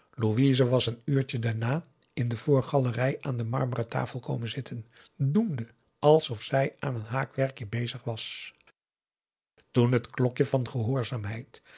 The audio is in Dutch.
louise was een uurtje daarna in de voorgalerij aan de marmeren tafel komen zitten doende alsof zij aan een haakwerkje bezig was toen het klokje van gehoorzaamheid